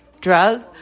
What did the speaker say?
drug